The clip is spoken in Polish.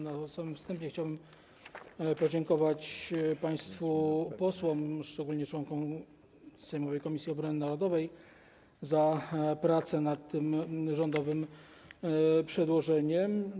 Na początku chciałbym podziękować państwu posłom, szczególnie członkom sejmowej Komisji Obrony Narodowej, za pracę nad tym rządowym przedłożeniem.